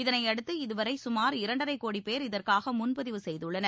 இதனையடுத்து இதுவரைசுமார் இரண்டரைக் கோடிபேர் இதற்காகமுன்பதிவு செய்துள்ளனர்